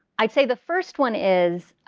i'd say the first one is